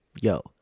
yo